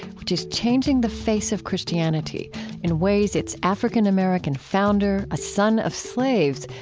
which is changing the face of christianity in ways its african-american founder, a son of slaves,